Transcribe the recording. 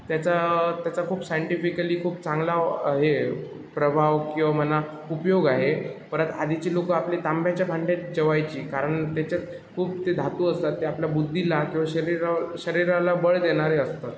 त्याचा त्याचा खूप साइंटिफिकली खूप चांगला हे प्रभाव किंवा म्हणा उपयोग आहे परत आधीची लोकं आपली तांब्याच्या भांड्यात जेवायची कारण त्याच्यात खूप ते धातू असतात ते आपल्या बुद्धीला किंवा शरीरावर शरीराला बळ देणारे असतात